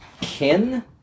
kin